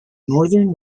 northern